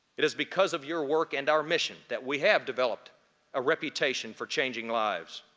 it is because of your work and our mission that we have developed a reputation for changing lives.